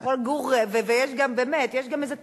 יש גם איזו תופעה,